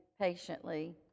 patiently